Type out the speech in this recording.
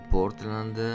Portland